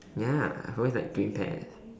ya I've always liked green pears